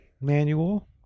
manual